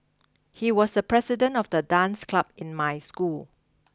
he was the president of the dance club in my school